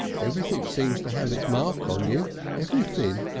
everything seems to have its mark on you everything.